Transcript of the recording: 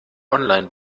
online